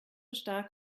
stark